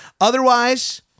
otherwise